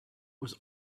was